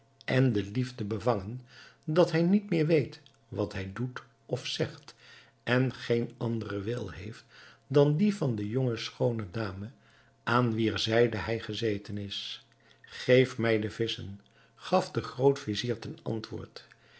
en de liefde bevangen dat hij niet meer weet wat hij doet of zegt en geen anderen wil heeft dan die van de schoone jonge dame aan wier zijde hij gezeten is geef mij de visschen gaf de groot-vizier ten antwoord